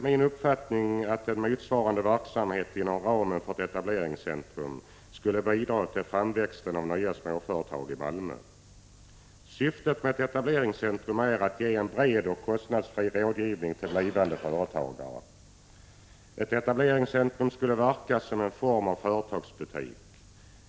Vidare menar jag att en motsvarande verksamhet — inom ramen för ett etableringscentrum — skulle bidra till framväxten av nya småföretag i Malmö. Syftet med ett etableringscentrum är att ge en bred och kostnadsfri rådgivning till blivande företagare. Ett etableringscentrum skulle verka som en form av ”företagsbutik”.